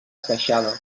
esqueixada